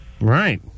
Right